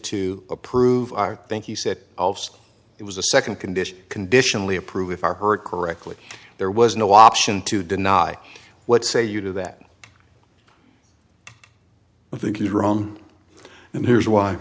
to approve i think he said it was a second condition conditionally approved if i heard correctly there was no option to deny what say you to that i think you're wrong and here's why